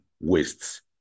wastes